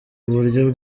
uburyo